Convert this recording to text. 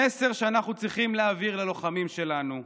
המסר שאנחנו צריכים להעביר ללוחמים שלנו: